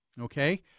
Okay